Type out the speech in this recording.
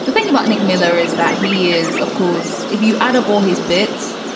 the thing about nick miller is that he is, of course, if you add up all his bits,